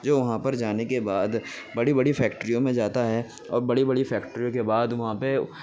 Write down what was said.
جو وہاں پر جانے کے بعد بڑی بڑی فیکٹریوں میں جاتا ہے اور بڑی بڑی فیکٹریوں کے بعد وہاں پہ